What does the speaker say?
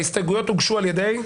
ההסתייגויות הוגשו על ידי?